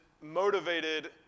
motivated